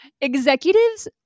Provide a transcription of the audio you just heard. Executives